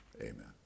Amen